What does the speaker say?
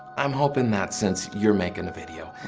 i'm hoping that since you're making a video,